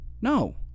no